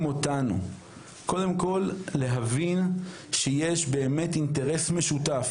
אותנו קודם כל להבין שיש באמת אינטרס משותף,